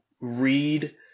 read